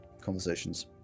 Conversations